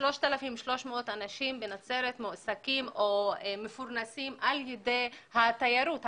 כ-3,300 אנשים בנצרת מועסקים או מתפרנסים באמצעות התיירות,